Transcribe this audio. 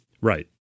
Right